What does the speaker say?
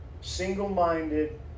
single-minded